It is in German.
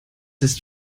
ist